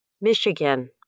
Michigan